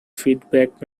feedback